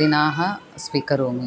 दिनाः स्वीकरोमि